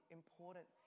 important